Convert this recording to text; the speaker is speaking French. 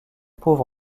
pauvre